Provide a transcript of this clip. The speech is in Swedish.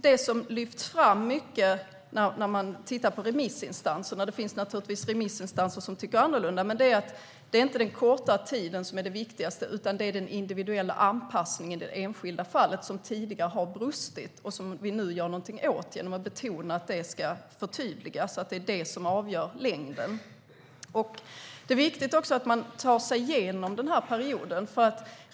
Det som lyfts fram mycket av remissinstanserna - även om det naturligtvis finns remissinstanser som tycker annorlunda - är att det inte är den korta tiden som är det viktigaste utan att det är den individuella anpassningen i det enskilda fallet, som tidigare har brustit och som vi nu gör något åt genom att betona att det ska förtydligas att det avgör längden. Det är viktigt att man tar sig igenom den här perioden.